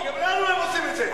כי גם לנו הם עושים את זה.